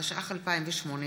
התשע"ח 2018,